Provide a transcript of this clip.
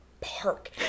park